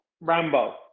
Rambo